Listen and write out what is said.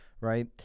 right